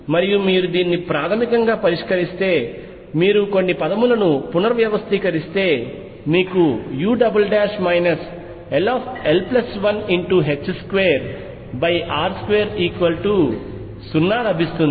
మరియు మీరు దీన్ని ప్రాథమికంగా పరిష్కరిస్తే మీరు పదములను పునర్వ్యవస్థీకరిస్తే మీకు u ll12r20 లభిస్తుంది